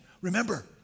Remember